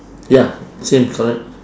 ya same correct